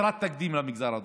חסרת תקדים למגזר הדרוזי.